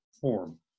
form